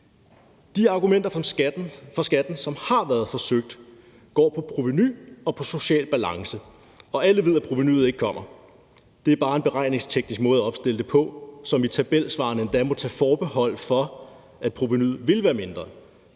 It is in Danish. De argumenter for skatten, som har været forsøgt, går på provenu og på social balance, og alle ved, at provenuet ikke kommer. Det er bare en beregningsteknisk måde at opstille det på, så man i tabelsvarene endda må tage forbehold for, at provenuet vil være mindre.